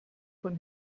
von